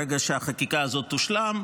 ברגע שהחקיקה הזאת תושלם.